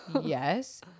Yes